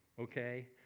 okay